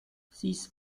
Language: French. six